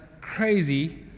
crazy